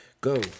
go